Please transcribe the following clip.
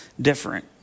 different